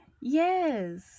Yes